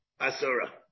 Asura